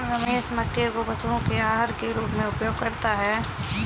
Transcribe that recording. रमेश मक्के को पशुओं के आहार के रूप में उपयोग करता है